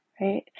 right